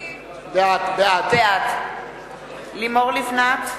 בעד לימור לבנת,